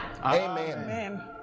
Amen